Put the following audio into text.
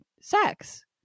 sex